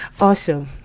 awesome